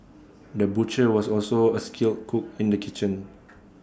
the butcher was also A skilled cook in the kitchen